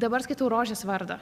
dabar skaitau rožės vardą